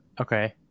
Okay